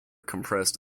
compressed